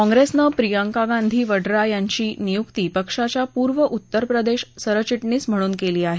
काँप्रेसनं प्रियंका गांधी वडरा यांची नियुक्ती पक्षाच्या पूर्व उत्तरप्रदेश सरचिटणीस म्हणून केली आहे